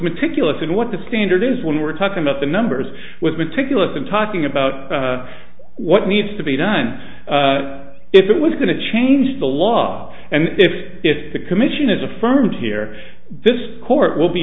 meticulous in what the standard is when we're talking about the numbers with meticulous i'm talking about what needs to be done if it was going to change the law and if if the commission is affirmed here this court will be